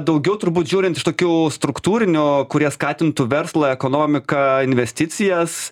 daugiau turbūt žiūrint iš tokių struktūrinių kurie skatintų verslą ekonomiką investicijas